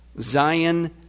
Zion